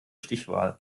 stichwahl